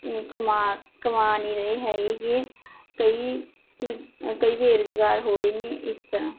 ਕਮਾ ਕਮਾ ਨਹੀਂ ਰਹੇ ਹੈਗੇ ਗੇ ਕਈ ਰੁ ਕਈ ਬੇਰੁਜ਼ਗਾਰ ਹੋ ਰਹੇ ਨੇ ਇਸ ਤਰ੍ਹਾਂ